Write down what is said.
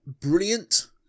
brilliant